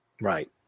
right